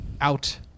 out